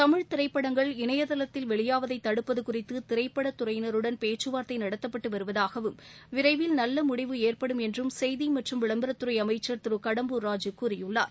திரைப்படங்கள் இணையதளத்தில் தமிழ்த் தடுப்பது குறித்து திரைப்படத்துறையினருடன் பேச்சுவார்த்தை நடத்தப்பட்டு வருவதாகவும் விரைவில் நல்ல முடிவு ஏற்படும் என்றும் செய்தி மற்றும் விளம்பரத்துறை அமைச்சர் திரு கடம்பூர் ராஜூ கூறியுள்ளார்